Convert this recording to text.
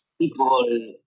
People